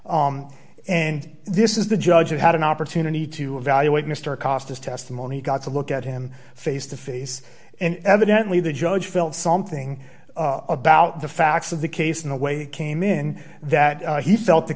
and this is the judge that had an opportunity to evaluate mr costas testimony got to look at him face to face and evidently the judge felt something about the facts of the case in the way he came in that he felt the